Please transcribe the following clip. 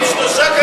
פוליטי?